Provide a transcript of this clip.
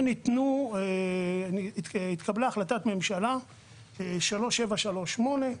התקבלה החלטת הממשלה 3738,